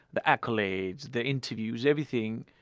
the accolades, the interviews, everything,